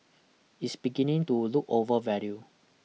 is beginning to look overvalue